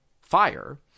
fire